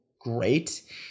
great